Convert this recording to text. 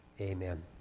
Amen